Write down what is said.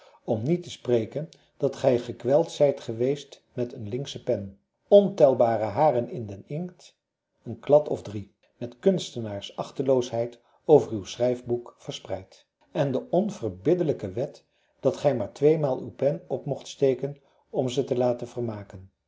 om niet te spreken dat gij gekweld zijt geweest met een linksche pen ontelbare haren in den inkt een klad of drie met kunstenaars achteloosheid over uw schrijfboek verspreid en de onverbiddelijke wet dat gij maar tweemaal uw pen op mocht steken om ze te laten vermaken